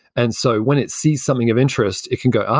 and so when it sees something of interest, it can go, ah,